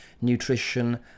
nutrition